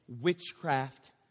witchcraft